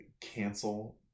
Cancel